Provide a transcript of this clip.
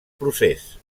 procés